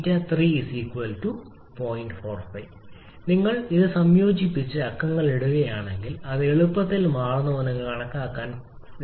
45 നിങ്ങൾ ഇത് സംയോജിപ്പിച്ച് അക്കങ്ങൾ ഇടുകയാണെങ്കിൽ ഇത് എളുപ്പത്തിൽ മാറുന്നുവെന്ന് നിങ്ങൾക്ക് എളുപ്പത്തിൽ കണക്കാക്കാം ഏകദേശം 0